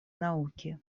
науки